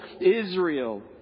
Israel